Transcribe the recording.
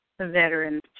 veterans